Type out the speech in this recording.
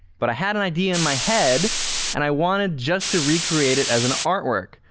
but i had an idea in my head and i wanted just to recreate it as an artwork,